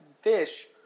fish